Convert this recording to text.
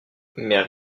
mais